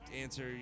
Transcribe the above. answer